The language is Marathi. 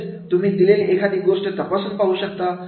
म्हणजेच तुम्ही दिलेली एखादी गोष्ट तपासून पाहू शकता